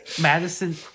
Madison